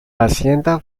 hacienda